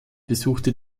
besuchte